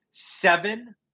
seven